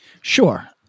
Sure